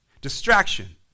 distraction